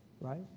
right